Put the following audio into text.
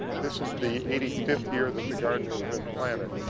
this is the eighty fifth year that the garden has been planted.